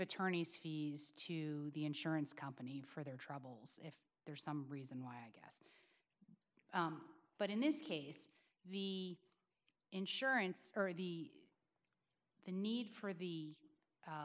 attorney's fees to the insurance company for their troubles if there is some reason why but in this case the insurance or the the need for the